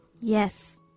Yes